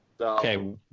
Okay